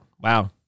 wow